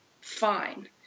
fine